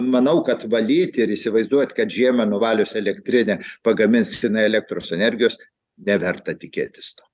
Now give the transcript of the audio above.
manau kad valyt ir įsivaizduot kad žiemą nuvalius elektrinę pagamins jinai elektros energijos neverta tikėtis to